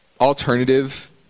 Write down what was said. alternative